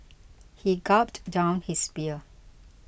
he gulped down his beer